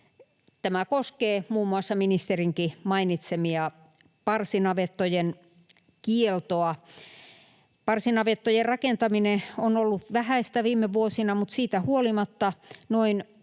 Tämä koskee muun muassa ministerinkin mainitsemaa parsinavettojen kieltoa. Parsinavettojen rakentaminen on ollut vähäistä viime vuosina, mutta siitä huolimatta noin